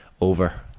over